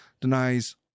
denies